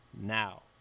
now